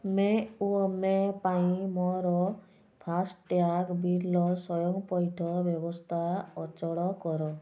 ମେ ଓ ମେ ପାଇଁ ମୋର ଫାସ୍ଟ୍ୟାଗ୍ ବିଲ୍ର ସ୍ଵୟଂପଇଠ ବ୍ୟବସ୍ଥା ଅଚଳ କର